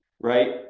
right